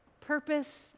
purpose